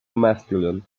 masculine